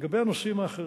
לגבי הנושאים האחרים,